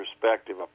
perspective